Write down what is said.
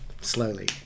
slowly